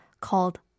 called